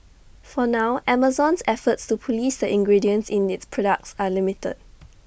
for now Amazon's efforts to Police the ingredients in its products are limited